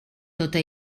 tota